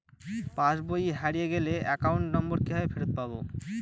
পাসবই হারিয়ে গেলে account number কিভাবে ফেরত পাব?